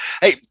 Hey